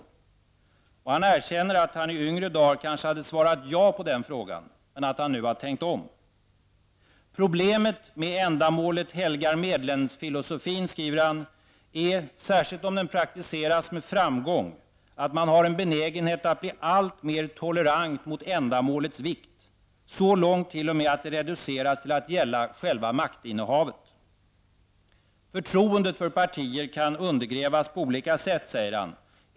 Kjell-Olof Feldt erkänner att han i yngre dagar kanske hade svarat ja på den frågan men att han nu har tänkt om. Problemet med ändamålethelgar-medlen-filosofin är, skriver Kjell-Olof Feldt, särskilt om den praktiseras med framgång, att man har en benägenhet att bli allt mer tolerant mot ändamålets vikt, så långt t.o.m. att det reduceras till att gälla själva maktinnehavet. Förtroendet för partier kan undergrävas på olika sätt, säger Kjell-Olof Feldt.